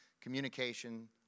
communication